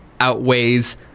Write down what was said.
outweighs